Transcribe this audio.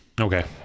Okay